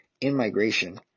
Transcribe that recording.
in-migration